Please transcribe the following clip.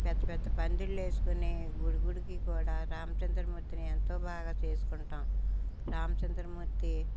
పెద్ద పెద్ద పందిర్లు వేసుకొని గుడి గుడికీ కూడా రామచంద్రమూర్తిని ఎంతో బాగా చేసుకుంటాం రామచంద్రమూర్తి